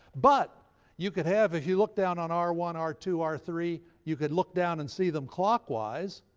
but you could have if you looked down on r one, r two, r three, you could look down and see them clockwise,